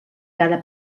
cada